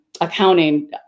accounting